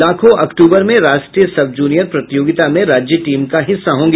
लाखो अक्टूबर में राष्ट्रीय सब जूनियर प्रतियोगिमा में राज्य टीम का हिस्सा होगी